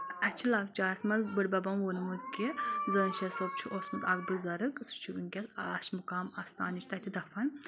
اَسہِ چھِ لۄکچاس منٛز بٔڑبَبن ووٚنمُت کہِ زٲنشا صٲب چھُ اوسمُت اکھ بُزرٕگ سُہ چھُ وٕنکیٚس آش مُقام اَستان نِش تَتہِ دفن